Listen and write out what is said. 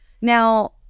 Now